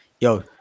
yo